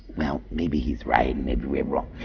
well, maybe he's right and maybe we're wrong.